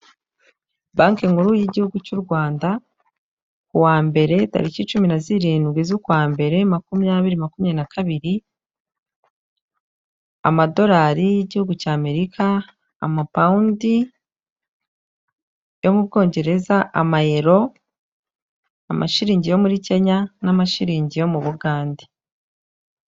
Banki nkuru y'igihugu cy'u Rwanda kuwa mbere tariki cumi na zirindwi z'ukwa mbere makumyabiri makumyabiri na kabiri Amadolari y'igihugu cy' Amerika Amapawundi yo mu Bwongereza amayero Amashilingi yo muri Kenya n'Amashilingi yo mu Bugande.